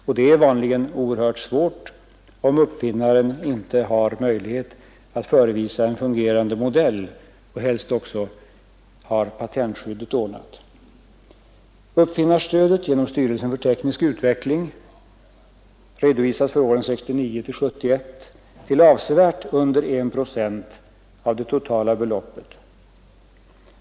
Detta är vanligen oerhört svårt om uppfinnaren inte har möjlighet att förevisa en fungerande modell och helst också har patentskyddet ordnat. Uppfinnarstödet genom Styrelsen för teknisk utveckling redovisas för åren 1969 till 1971 till avsevärt under 1 procent av totalbeloppet.